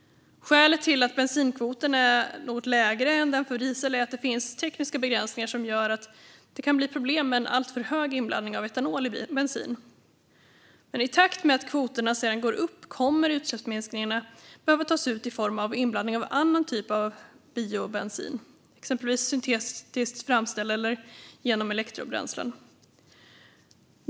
Skälet till att bensinkvoten är något lägre än den för diesel är att det finns tekniska begränsningar som gör att det kan bli problem med en alltför hög inblandning av etanol i bensin. I takt med att kvoterna sedan går upp kommer utsläppsminskningarna att behöva tas ut i form av inblandning av annan typ av biobensin, som är framställd exempelvis syntetiskt eller genom elektrobränslen.